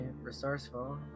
resourceful